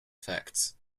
effects